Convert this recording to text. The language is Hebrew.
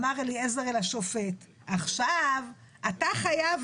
אמר אליעזר אל השופט 'עכשיו אתה חייב